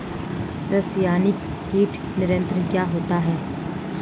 रसायनिक कीट नियंत्रण क्या होता है?